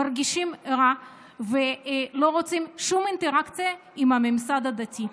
מרגישים רע ולא רוצים שום אינטראקציה עם הממסד הדתי.